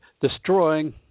destroying